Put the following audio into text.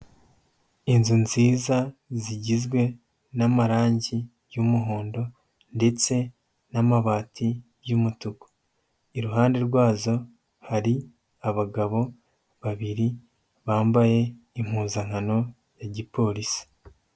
Inzu nziza, zigizwe n'amarangi y'umuhondo ndetse n'amabati y'umutuku. Iruhande rwazo hari abagabo babiri bambaye impuzankano ya gipolisi.